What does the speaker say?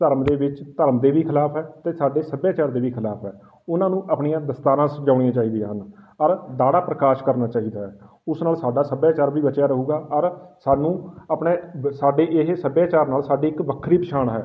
ਧਰਮ ਦੇ ਵਿੱਚ ਧਰਮ ਦੇ ਵੀ ਖਿਲਾਫ ਹੈ ਅਤੇ ਸਾਡੇ ਸੱਭਿਆਚਾਰ ਦੇ ਵੀ ਖਿਲਾਫ ਹੈ ਉਹਨਾਂ ਨੂੰ ਆਪਣੀਆਂ ਦਸਤਾਰਾਂ ਸਜਾਉਣੀਆਂ ਚਾਹੀਦੀਆਂ ਹਨ ਅਰ ਦਾੜਾ ਪ੍ਰਕਾਸ਼ ਕਰਨਾ ਚਾਹੀਦਾ ਹੈ ਉਸ ਨਾਲ ਸਾਡਾ ਸੱਭਿਆਚਾਰ ਵੀ ਬਚਿਆ ਰਹੂਗਾ ਅਰ ਸਾਨੂੰ ਆਪਣੇ ਸਾਡੇ ਇਹ ਸੱਭਿਆਚਾਰ ਨਾਲ ਸਾਡੀ ਇੱਕ ਵੱਖਰੀ ਪਛਾਣ ਹੈ